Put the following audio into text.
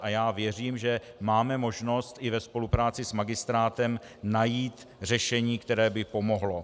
A já věřím, že máme možnost i ve spolupráci s magistrátem najít řešení, které by pomohlo.